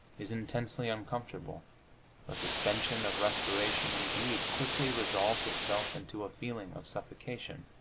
is intensely uncomfortable the suspension of respiration, indeed, quickly resolves itself into a feeling of suffocation